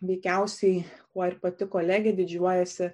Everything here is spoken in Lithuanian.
veikiausiai kuo ir pati kolegė didžiuojasi